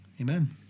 Amen